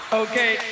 okay